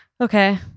Okay